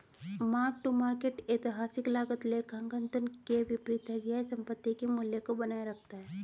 mark to market ऐतिहासिक लागत लेखांकन के विपरीत है यह संपत्ति के मूल्य को बनाए रखता है